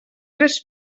tres